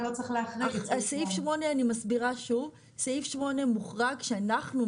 סעיף 8 מוחרג שאנחנו,